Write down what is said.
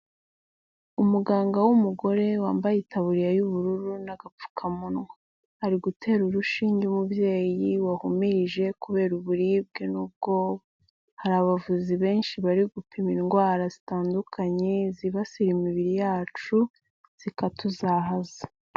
Umuganga w'umugore wambaye itaburiya y'ubururu n'agapfukamunwa ari gutera urushinge umubyeyi wahumirije kubera uburibwe n'ubwoba, hari abavuzi benshi bari gupima indwara zitandukanye zibasira imibiri yacu zikatuzahaza.